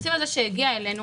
בתקציב הזה שהגיע אלינו